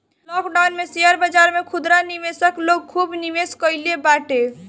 lockdown में share बाजार में खुदरा निवेशक लोग खूब निवेश कईले बाटे